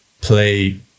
play